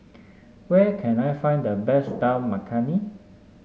where can I find the best Dal Makhani